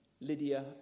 Lydia